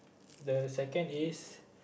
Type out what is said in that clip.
the second is